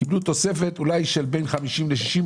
קיבלו תוספת אולי של בין 50 ל-60 מיליון שקלים,